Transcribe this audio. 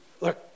Look